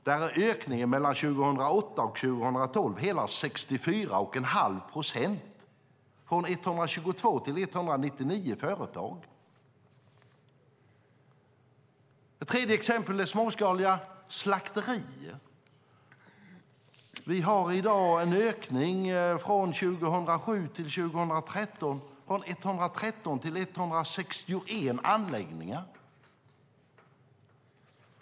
Där är ökningen mellan 2008 och 2012 hela 64,5 procent, från 122 till 199 företag. Ett tredje exempel är småskaliga slakterier. Vi kan i dag se en ökning mellan 2007 och 2013 från 113 till 161 anläggningar.